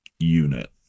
Unit